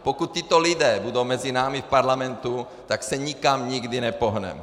Pokud tito lidé budou mezi námi v parlamentu, tak se nikam nikdy nepohneme.